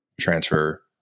transfer